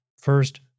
first